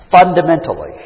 fundamentally